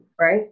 right